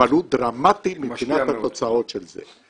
אבל הוא דרמטי מבחינת התוצאות של זה.